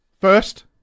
First